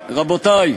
רבותי,